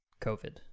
COVID